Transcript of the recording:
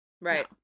Right